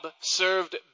served